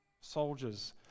soldiers